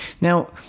now